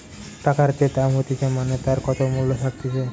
টাকার যে দাম হতিছে মানে তার কত মূল্য থাকতিছে